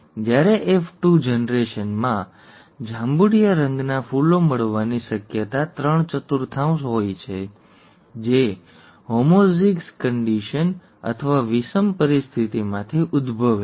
જ્યારે એફ2 જનરેશનમાં જાંબુડિયા રંગના ફૂલો મળવાની શક્યતા ત્રણ ચતુર્થાંશ હોય છે જે હોમોઝીગસ કન્ડિશન અથવા વિષમ પરિસ્થિતિમાંથી ઉદ્ભવે છે